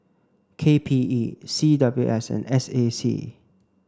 K P E C W S and S A C